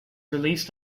released